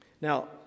Now